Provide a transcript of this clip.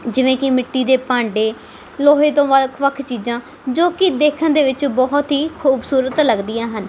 ਜਿਵੇਂ ਕਿ ਮਿੱਟੀ ਦੇ ਭਾਂਡੇ ਲੋਹੇ ਤੋਂ ਵੱਖ ਵੱਖ ਚੀਜ਼ਾਂ ਜੋ ਕਿ ਦੇਖਣ ਦੇ ਵਿੱਚ ਬਹੁਤ ਹੀ ਖੂਬਸੂਰਤ ਲੱਗਦੀਆਂ ਹਨ